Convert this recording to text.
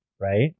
right